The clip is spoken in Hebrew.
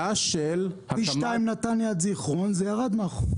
כביש 2 מנתניה עד זיכרון ירד מהחומש.